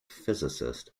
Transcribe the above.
physicist